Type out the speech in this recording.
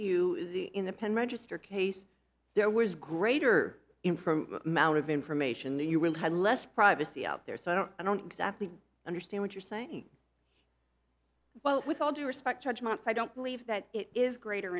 you in the pen register case there was greater in from amount of information than you really had less privacy out there so i don't i don't exactly understand what you're saying well with all due respect judgments i don't believe that it is greater